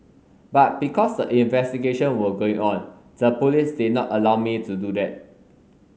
but because the investigation were going on the police did not allow me to do that